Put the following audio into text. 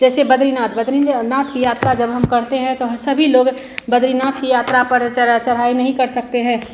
जैसे बद्रीनाथ बद्रीनाथ की यात्रा जब हम करते हैं तो वहाँ सभी लोग बद्रीनाथ की यात्रा पर चढ़ा चढ़ाई नहीं कर सकते हैं